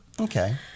Okay